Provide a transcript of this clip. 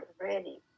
ready